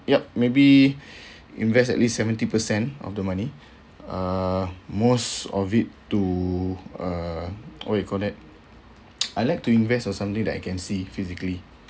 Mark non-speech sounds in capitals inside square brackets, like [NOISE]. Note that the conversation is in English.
yup maybe [BREATH] invest at least seventy percent of the money uh most of it to uh what you call that [NOISE] I like to invest on something that I can see physically